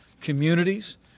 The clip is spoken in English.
communities